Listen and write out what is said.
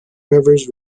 rivers